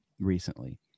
recently